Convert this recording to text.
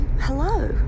hello